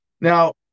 Now